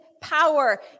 power